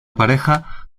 pareja